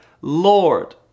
Lord